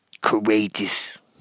Courageous